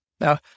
Now